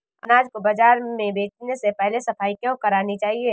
अनाज को बाजार में बेचने से पहले सफाई क्यो करानी चाहिए?